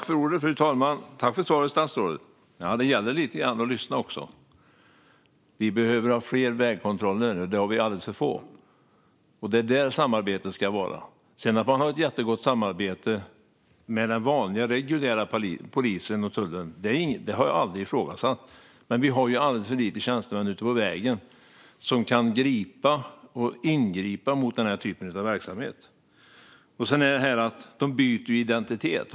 Fru talman! Tack för svaret, statsrådet! Det gäller att lyssna. Vi behöver ha fler vägkontroller. De är alldeles för få. Det är där samarbetet ska vara. Att man har ett jättegott samarbete mellan den vanliga, reguljära polisen och tullen har jag aldrig ifrågasatt, men vi har alldeles för få tjänstemän ute på vägarna som kan ingripa mot denna typ av verksamhet. Sedan har vi detta med att de byter identitet.